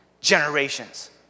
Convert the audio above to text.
generations